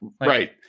Right